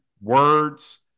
words